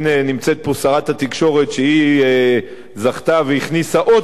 הנה נמצאת פה שרת התקשורת שזכתה והכניסה עוד